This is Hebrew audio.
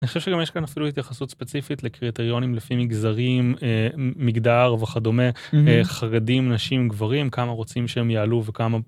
אני חושב שגם יש כאן אפילו התייחסות ספציפית לקריטריונים לפי מגזרים, מגדר וכדומה, חרדים, נשים, גברים, כמה רוצים שהם יעלו וכמה.